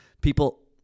people